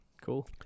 Cool